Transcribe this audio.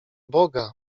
boga